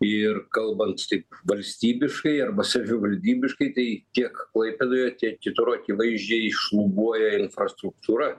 ir kalbant tik valstybiškai arba savivaldybiškai tai tiek klaipėdoje tiek kitur akivaizdžiai šlubuoja infrastruktūra